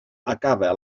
acaba